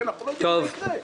כי לא יודעים מה יקרה.